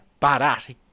badass